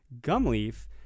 Gumleaf